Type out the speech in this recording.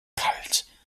kalt